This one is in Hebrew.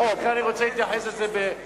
לכן אני רוצה להתייחס באופן רציני ביותר.